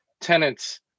tenants